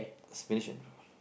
expedition